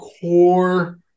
core